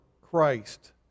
Christ